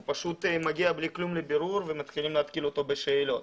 הוא פשוט מגיע בלי כלום לבירור ומתחילים להתקיל אותו בשאלות.